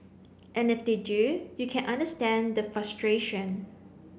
and if they do you can understand the frustration